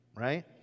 right